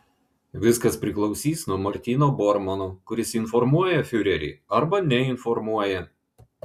viskas priklausys nuo martyno bormano kuris informuoja fiurerį arba neinformuoja